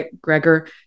gregor